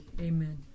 amen